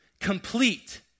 complete